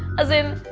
as in,